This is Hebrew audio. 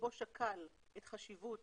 שבו שקל את החשיבות